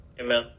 Amen